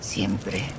Siempre